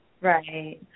Right